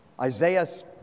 Isaiah's